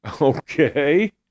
Okay